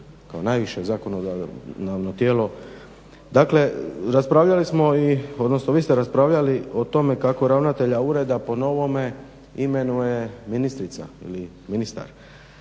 kao najviše zakonodavno tijelo. Dakle raspravljali smo, odnosno vi ste raspravljali o tome kako ravnatelja ureda po novome imenuje ministrica ili ministar.